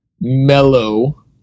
mellow